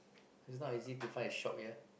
it's not easy to find a shop here